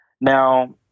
Now